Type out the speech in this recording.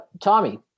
tommy